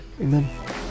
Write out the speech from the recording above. Amen